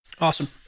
Awesome